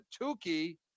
Tukey